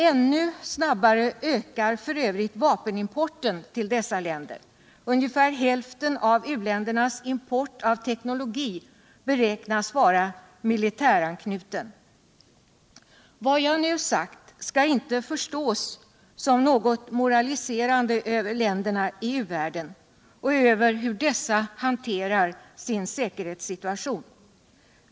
Ännu snabbare ökar f.ö. vapenimporten till dessa länder. Ungefär hälften av u-lindernas import av teknologi beräknas vara militäranknuten. Vad jag nu sagt skall inte förstås som något moraliserande över länderna i 140 u-världen aller över hur dessa hanterar sin säkerhetsstuation.